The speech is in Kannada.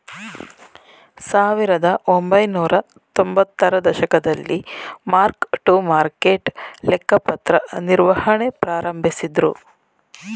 ಸಾವಿರದಒಂಬೈನೂರ ತೊಂಬತ್ತರ ದಶಕದಲ್ಲಿ ಮಾರ್ಕ್ ಟು ಮಾರ್ಕೆಟ್ ಲೆಕ್ಕಪತ್ರ ನಿರ್ವಹಣೆ ಪ್ರಾರಂಭಿಸಿದ್ದ್ರು